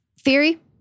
theory